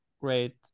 great